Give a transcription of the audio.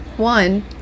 One